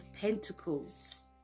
pentacles